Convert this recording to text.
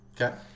Okay